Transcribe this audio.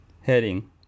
Heading